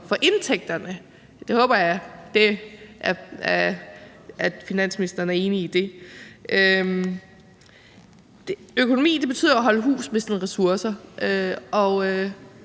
for indtægterne. Jeg håber, at finansministeren er enig i det. Økonomi betyder at holde hus med sine ressourcer,